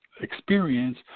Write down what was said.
experience